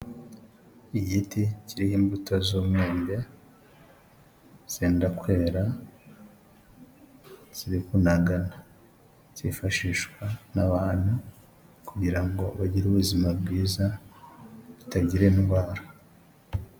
Igiti kiriho imbuto z'umwembe, zenda kwera ziri kunaga zifashishwa n'abantu kugira ngo bagire ubuzima bwiza butagira indwara.